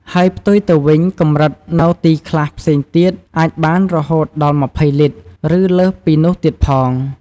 ហើយផ្ទុយទៅវិញកម្រិតនៅទីខ្លះផ្សេងទៀតអាចបានរហូតដល់២០លីត្រ ឬលើសពីនោះទៀតផង។